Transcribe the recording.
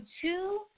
two